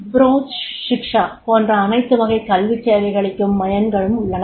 ப்ரோத் ஷிக்ஷா போன்ற அனைத்து வகைக் கல்விச் சேவையளிக்கும் மையங்களும் உள்ளன